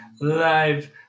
Live